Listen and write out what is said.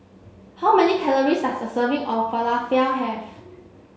how many calories does a serving of Falafel have